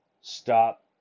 stop